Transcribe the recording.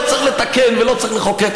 לא צריך לתקן ולא צריך לחוקק.